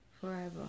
forever